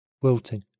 wilting